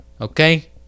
Okay